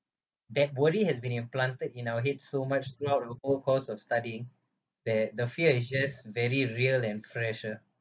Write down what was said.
that worry has been implanted in our head so much throughout the whole course of studying that the fear is just very real and fresh ah